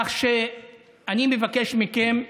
כך שאני מבקש מכם,